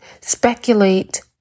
speculate